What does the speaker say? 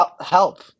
help